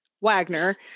Wagner